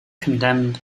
condemned